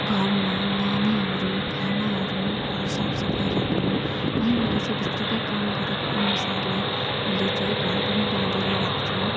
घरमा नानीहरू खानाहरू घर साफ सफाइ राख्नु महिलाले चाहिँ भित्रको काम गरेकोअनुसारले उसले चाहिँ घर पनि बाँधेर राक्छ